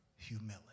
Humility